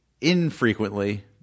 infrequently